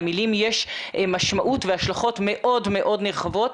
למילים יש משמעות והשלכות מאוד מאוד נרחבות,